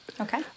Okay